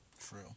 True